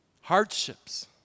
hardships